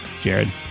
Jared